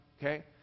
Okay